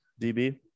DB